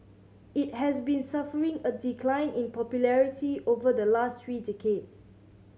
it has been suffering a decline in popularity over the last three decades